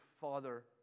father